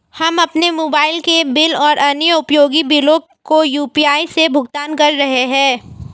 हम अपने मोबाइल के बिल और अन्य उपयोगी बिलों को यू.पी.आई से भुगतान कर रहे हैं